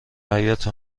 حیاط